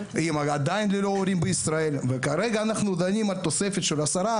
--- ללא הורים בישראל וכרגע אנחנו דנים על תוספת של 10,